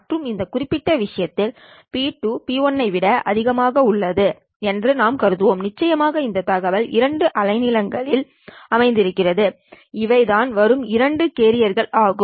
மற்றும் இந்த குறிப்பிட்ட விஷயத்தில் P2 P1 ஐ விட அதிகமாக உள்ளது என்று நாம் கருதினோம் நிச்சயமாக இந்த தகவல் இரண்டு அலைநீளங்களில் அமர்ந்திருக்கிறது இவைதான் வரும் இரண்டு கேரியர்கள் ஆகும்